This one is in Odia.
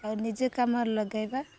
ଆଉ ନିଜେ କାମରେ ଲଗେଇବା